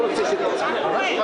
מתבקשים הצלמים לצלם מי